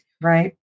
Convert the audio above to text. Right